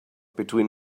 between